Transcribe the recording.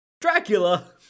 Dracula